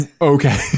Okay